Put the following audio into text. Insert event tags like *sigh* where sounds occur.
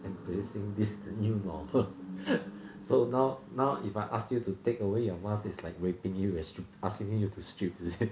embracing this new law *laughs* so now now if I ask you to take away your mask it's like raping you str~ asking you to strip is it